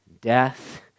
death